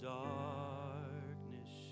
darkness